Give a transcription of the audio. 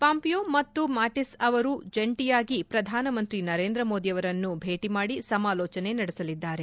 Pompeo ಮತ್ತು Mattis ಅವರು ಜಂಟಿಯಾಗಿ ಪ್ರಧಾನಮಂತ್ರಿ ನರೇಂದ್ರ ಮೋದಿಯವರನ್ನು ಭೇಟಿ ಮಾದಿ ಸಮಾಲೋಚನೆ ನಡೆಸಲಿದ್ದಾರೆ